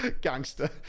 Gangster